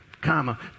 comma